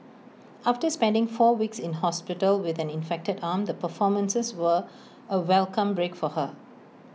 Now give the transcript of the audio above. after spending four weeks in hospital with an infected arm the performances were A welcome break for her